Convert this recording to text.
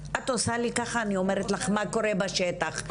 אני אומרת לכם מה קורה בשטח,